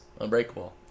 unbreakable